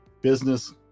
business